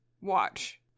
watch